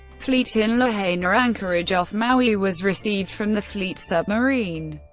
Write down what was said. fleet in lahaina anchorage off maui was received from the fleet submarine.